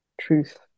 truth